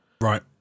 Right